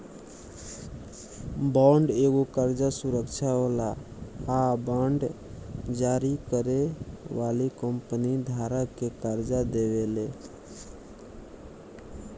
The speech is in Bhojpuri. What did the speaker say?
बॉन्ड एगो कर्जा सुरक्षा होला आ बांड जारी करे वाली कंपनी धारक के कर्जा देवेले